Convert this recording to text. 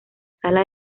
sala